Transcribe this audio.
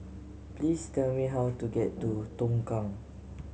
please tell me how to get to Tongkang